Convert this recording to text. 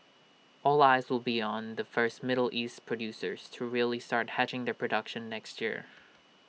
all eyes will be on the first middle east producers to really start hedging their production next year